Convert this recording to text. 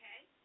okay